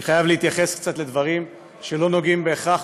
אני חייב להתייחס קצת לדברים שלא נוגעים בהכרח